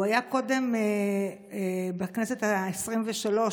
בכנסת העשרים-ושלוש,